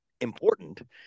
important